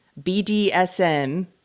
BDSM